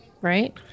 right